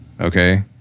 Okay